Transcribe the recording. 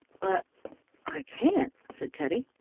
but i can't, said teddy,